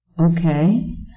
Okay